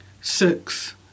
Six